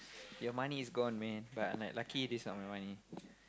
your money is gone man but I'm like lucky this not my money